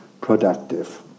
productive